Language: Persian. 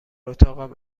اتاقم